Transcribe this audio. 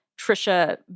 Trisha